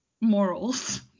morals